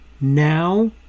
now